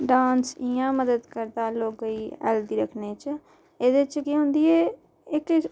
dance इ'यां मदद करदा लोकें गी हैल्थी रक्खने च एह्दे च केह् होंदी ऐ एह्के च